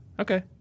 Okay